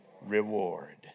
Reward